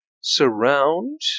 surround